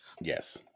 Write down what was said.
Yes